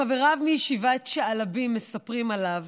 חבריו מישיבת שעלבים מספרים עליו